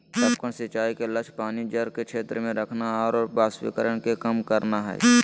टपकन सिंचाई के लक्ष्य पानी जड़ क्षेत्र में रखना आरो वाष्पीकरण के कम करना हइ